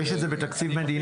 יש את זה בתקציב המדינה?